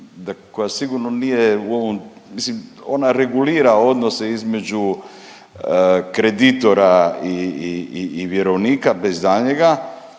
koja sigurno nije u ovom, mislim ona regulira odnose između kreditora i vjerovnika, bez daljnjega,